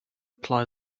apply